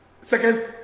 second